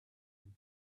and